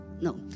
No